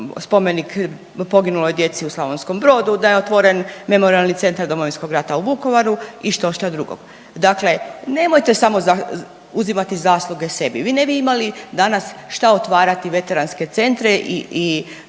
spomenik poginuloj djeci u Slavonskom Brodu, da je otvoren Memorijalni centar Domovinskog rata u Vukovaru i štošta drugo. Dakle, nemojte samo uzimate zasluge sebi. Vi ne bi imali danas šta otvarati veteranske centre i